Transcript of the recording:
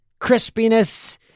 Crispiness